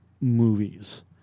movies